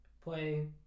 play